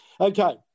Okay